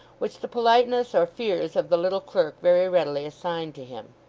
which the politeness or fears of the little clerk very readily assigned to him.